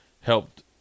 helped